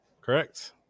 correct